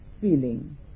feeling